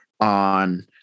on